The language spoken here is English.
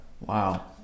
Wow